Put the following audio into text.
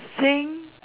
sing